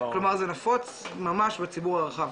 כלומר זה נפוץ בציבור הרחב.